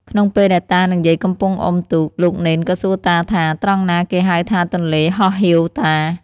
ក្នុងពេលដែលតានិងយាយកំពុងអុំទូក លោកនេន ក៏សួរតាថា ត្រង់ណាគេហៅថាទន្លេហោះហៀវតា ?